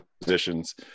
positions